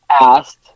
asked